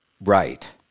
Right